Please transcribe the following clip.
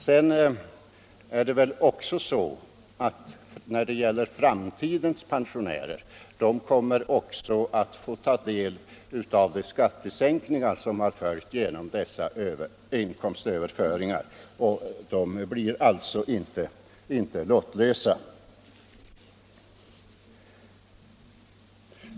Vidare kommer framtidens pensionärer också att få ta del av de skattesänkningar som skett genom dessa inkomstöverföringar. De blir alltså inte lottlösa.